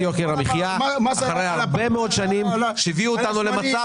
יוקר המחייה אחרי הרבה מאוד שנים שהביאו אותנו למצב